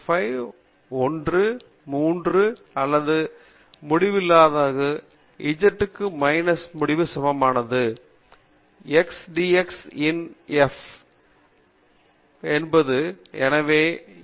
5 1 3 அல்லது முடிவிலாமையாயிருக்கும் z க்கு மைனஸ் முடிவுக்கு சமமானது x dx இன் f இன் ஒருங்கிணைப்பு மற்றும் z இன் மூலதன F ஆனது குறிக்கப்படுகிறது